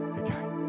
again